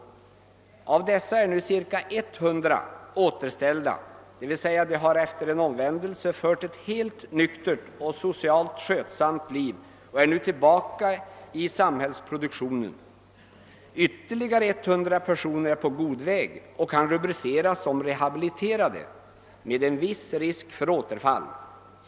Av dessa är nu cirka 100 personer återställda, d.v.s. de har efter en omvändelse fört ett helt nyktert och socialt skötsamt liv och är nu tillbaka i samhällsproduktionen, ytterligare 100 personer är på god väg och kan rubriceras som rehabiliterade med viss risk för återfall.